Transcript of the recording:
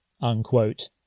unquote